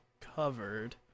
covered